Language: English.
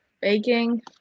baking